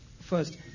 First